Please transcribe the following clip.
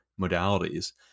modalities